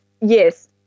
yes